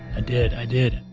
i did. i did